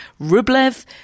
Rublev